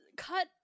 Cut